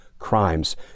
crimes